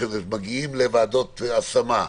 לוועדות ההשמה,